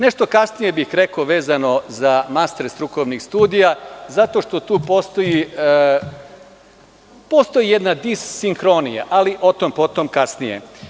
Nešto kasnije bih rekao vezano za master strukovne studije zato što tu postoji jedna dissinhornija, ali o tom potom kasnije.